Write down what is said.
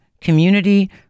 community